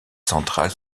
centrales